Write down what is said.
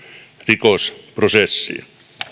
rikosprosessiin